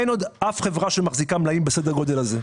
אין עוד אף חברה שמחזיקה מלאים בסדר גודל כזה.